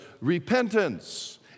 Repentance